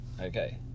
Okay